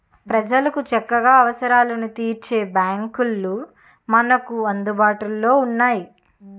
ప్రజలకు చక్కగా అవసరాలను తీర్చే బాంకులు మనకు అందుబాటులో ఉన్నాయి